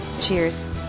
Cheers